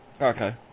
Okay